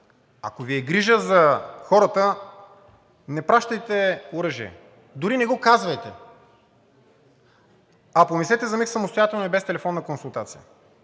Ако Ви е грижа за хората, не пращайте оръжие, дори не го казвайте, а помислете за миг самостоятелно и без телефонна консултация.